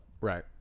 Right